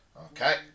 Okay